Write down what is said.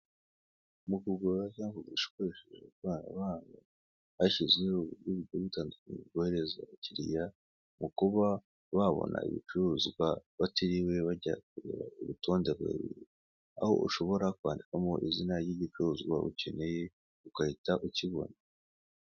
Mu kugura cyangwa kugurisha ukoresheje ikoranabuhanga hashyizweho uburyo ibigo bitandukanye rwohereza abakiriya mu kuba babona ibicuruzwa batiriwe bajya kure urutonde aho ushobora kwandikamo izina ry'igicuruzwa ukeneye ugahita ukibona